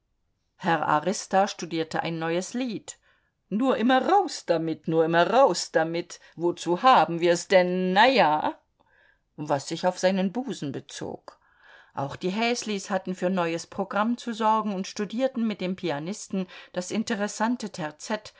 herr arista studierte ein neues lied nur immer raus damit nur immer raus damit wozu haben wir's denn na ja was sich auf seinen busen bezog auch die häslis hatten für neues programm zu sorgen und studierten mit dem pianisten das interessante